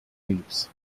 leaves